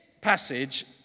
passage